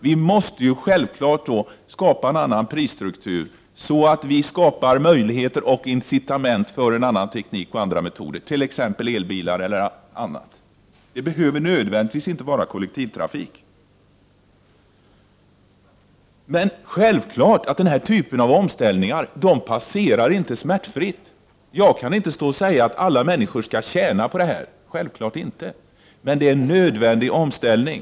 Vi måste självfallet skapa en annan prisstruktur, så att vi därigenom skapar möjligheter och incitament för en annan teknik och för andra metoder, t.ex. elbilar. Det behöver inte nödvändigtvis vara kollektivtrafik. Det är självklart att den här typen av omställningar inte passerar smärtfritt. Jag kan inte stå och säga att alla människor skall tjäna på detta — självfallet inte! Men det är en nödvändig omställning.